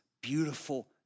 beautiful